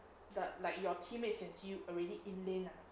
but like your teammates can see you already in lane ah